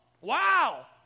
wow